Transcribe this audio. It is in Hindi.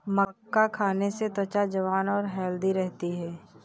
मक्का खाने से त्वचा जवान और हैल्दी रहती है